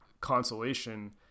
consolation